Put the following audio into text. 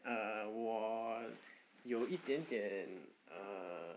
uh 我有一点点 err